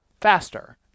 faster